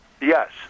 Yes